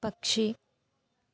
పక్షి